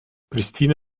pristina